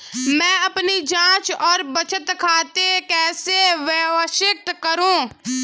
मैं अपनी जांच और बचत खाते कैसे व्यवस्थित करूँ?